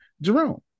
Jerome